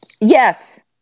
Yes